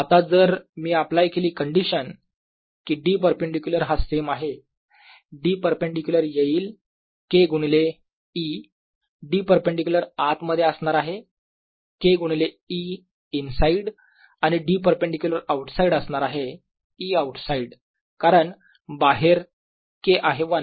आता जर मी अप्लाय केली कंडिशन की D परपेंडीक्युलर हा सेम आहे D परपेंडीक्युलर येईल K गुणिले E D परपेंडीक्युलर आतमध्ये असणार आहे K गुणिले E इन साईड आणि D परपेंडीक्युलर आऊट साईड असणार आहे E आऊट साईड कारण बाहेर K आहे 1